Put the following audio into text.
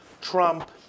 Trump